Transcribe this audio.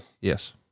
yes